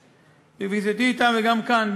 בפגישתי אתם וגם כאן,